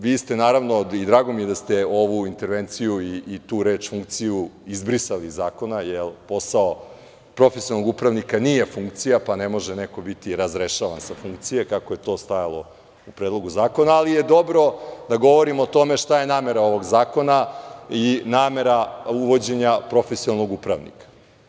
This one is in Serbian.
Vi ste, naravno, i drago mi je da ste ovu intervenciju i tu reč „funkciju“ izbrisali iz zakona, jer posao profesionalnog upravnika nije funkcija, pa ne može neko biti razrešavan sa funkcije, kako je stajalo u Predlogu zakona, ali je dobro da govorimo o tome šta je namera ovog zakona i namera uvođenja profesionalnog upravnika.